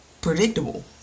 predictable